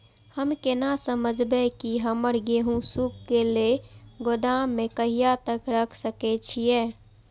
हम केना समझबे की हमर गेहूं सुख गले गोदाम में कहिया तक रख सके छिये?